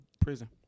prison